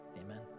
Amen